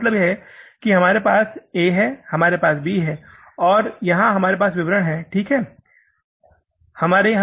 तो इसका मतलब है कि हमारे पास ए है और यहां हमारे पास बी है और यहां हमारे पास विवरण है ठीक है